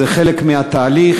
זה חלק מהתהליך.